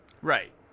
Right